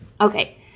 Okay